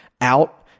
out